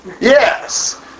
Yes